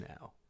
now